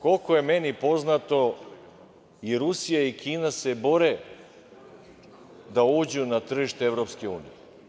Koliko je meni poznato, i Rusija i Kina se bore da uđu na tržište EU.